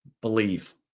believe